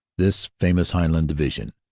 this famous highland division,